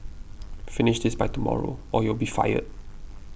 finish this by tomorrow or you'll be fired